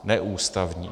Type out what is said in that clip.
Neústavní.